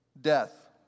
Death